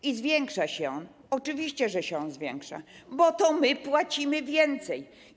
I zwiększa się on, oczywiście, że się on zwiększa, bo to my płacimy więcej.